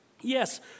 Yes